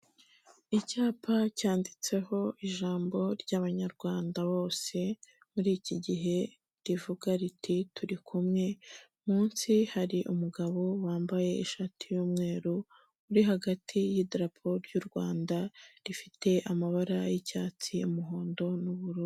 Icyapa cyanditseho ijambo ry'abanyarwanda bose muri iki gihe rivuga riti "turi kumwe", munsi hari umugabo wambaye ishati y'umweru uri hagati y'iderapo ry'u Rwanda rifite amabara y'icyatsi umuhondo n'ubururu.